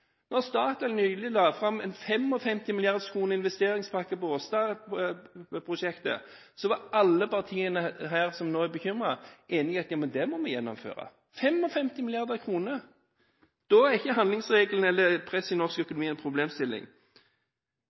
Statoil nylig la fram en investeringspakke på 55 mrd. kr til Aasta-prosjektet, var alle partiene som nå er bekymret, enige om at dette måtte man gjennomføre – 55 mrd. kr. Da var ikke handlingsregelen eller presset i norsk økonomi en problemstilling.